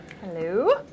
Hello